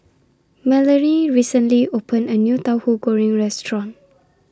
Melony recently opened A New Tauhu Goreng Restaurant